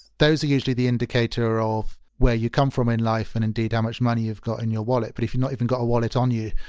those are usually the indicator of where you come from in life and indeed much money you've got in your wallet. but if you've not even got a wallet on you,